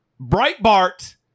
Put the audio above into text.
Breitbart